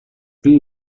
pli